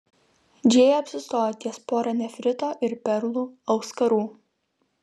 džėja apsistojo ties pora nefrito ir perlų auskarų